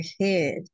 ahead